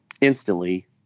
instantly